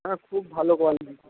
হ্যাঁ খুব ভালো কোয়ালিটির